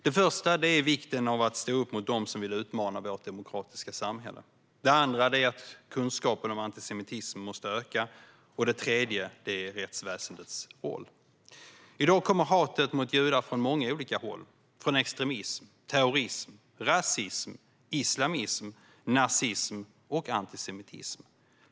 Det första är vikten av att stå upp mot dem som vill utmana vårt demokratiska samhälle. Det andra är att kunskapen om antisemitism måste öka. Det tredje är rättsväsendets roll. I dag kommer hatet mot judar från många olika håll - från extremism, terrorism, rasism, islamism, nazism och antisemitism.